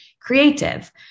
creative